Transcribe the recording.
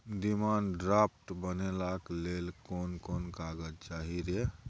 Demand draft बनाबैक लेल कोन कोन कागज चाही रे?